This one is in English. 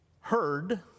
heard